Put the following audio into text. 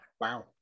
Wow